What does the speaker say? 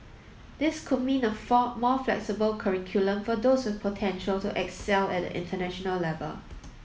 this could mean a for more flexible curriculum for those with the potential to excel at the international level